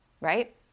right